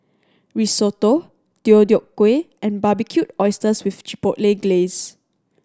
Risotto Deodeok Gui and Barbecued Oysters with Chipotle Glaze